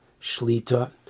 Shlita